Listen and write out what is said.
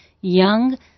young